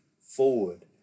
forward